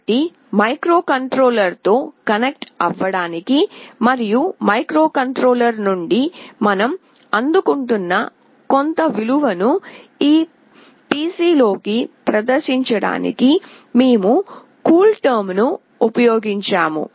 కాబట్టి మైక్రోకంట్రోలర్తో కనెక్ట్ అవ్వడానికి మరియు మైక్రోకంట్రోలర్ నుండి మనం అందుకుంటున్న కొంత విలువను ఈ పిసిలోకి ప్రదర్శించడానికి మేము కూల్టెర్మ్ను ఉపయోగించాము